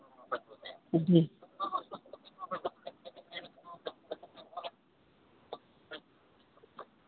जी